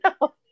no